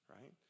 right